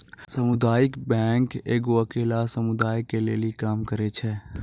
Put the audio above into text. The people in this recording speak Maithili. समुदायिक बैंक एगो अकेल्ला समुदाय के लेली काम करै छै